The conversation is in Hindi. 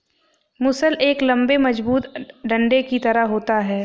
मूसल एक लम्बे मजबूत डंडे की तरह होता है